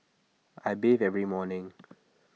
I bathe every morning